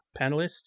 panelists